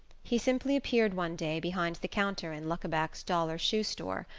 he simply appeared one day behind the counter in luckaback's dollar shoe-store,